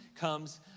comes